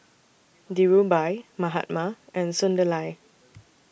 Dhirubhai Mahatma and Sunderlal